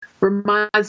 reminds